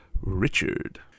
Richard